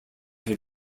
had